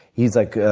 he's like,